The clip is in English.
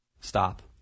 stop